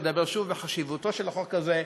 לדבר שוב בחשיבותו של החוק הזה,